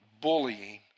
bullying